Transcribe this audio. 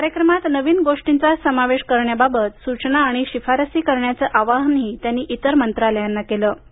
या कार्यक्रमात नवीन गोष्टींचा समावेश करण्याबाबत सूचना आणि शिफारसी करण्याचं आवाहनही त्यांनी इतर मंत्रालयांना केलं